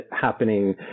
happening